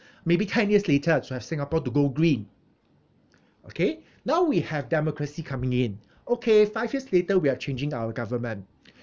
maybe ten years later to have singapore to go green okay now we have democracy coming in okay five years later we are changing our government